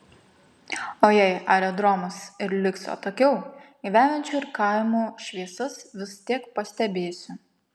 o jei aerodromas ir liks atokiau gyvenviečių ir kaimų šviesas vis tiek pastebėsiu